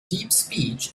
deepspeech